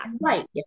Right